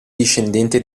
discendente